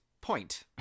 Point